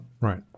Right